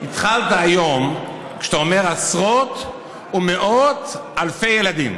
התחלת היום כשאתה אומר עשרות ומאות אלפי ילדים.